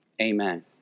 Amen